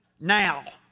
now